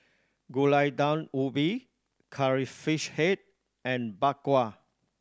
Gulai Daun Ubi Curry Fish Head and Bak Kwa